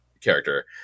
character